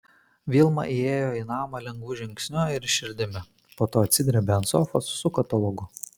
vilma įėjo į namą lengvu žingsniu ir širdimi po to atsidrėbė ant sofos su katalogu